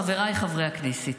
חבריי חברי הכנסת,